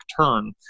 turn